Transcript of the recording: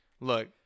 Look